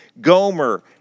Gomer